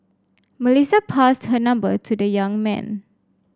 Melissa passed her number to the young man